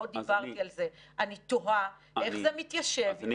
לא דיברתי על זה אני תוהה איך זה מתיישב עם